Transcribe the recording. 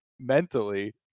Mentally